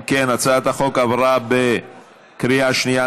אם כן, הצעת החוק עברה בקריאה שנייה.